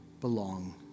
belong